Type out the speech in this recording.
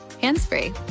hands-free